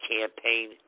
campaign